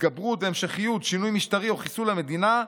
התגברות והמשכיות שינוי משטרי או חיסול המדינה,